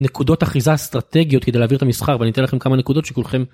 נקודות אחיזה אסטרטגיות כדי להעביר את המסחר ואני אתן לכם כמה נקודות שכולכם...